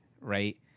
right